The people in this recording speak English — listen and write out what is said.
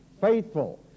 faithful